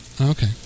Okay